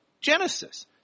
Genesis